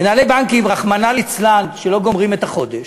מנהלי בנקים, רחמנא ליצלן, שלא גומרים את החודש.